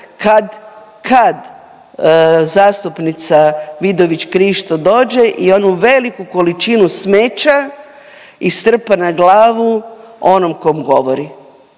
kad zastupnica Vidović Krišto dođe i onu veliku količinu smeća istrpa na glavu onom kom govori.